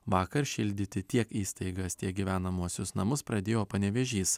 vakar šildyti tiek įstaigas tiek gyvenamuosius namus pradėjo panevėžys